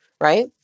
right